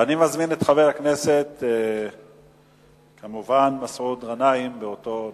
אני מזמין את חבר הכנסת מסעוד גנאים, באותו נושא.